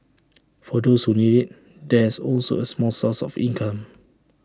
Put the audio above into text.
for those who need IT there is also A small source of income